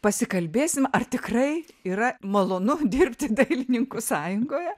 pasikalbėsim ar tikrai yra malonu dirbti dailininkų sąjungoje